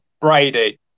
Brady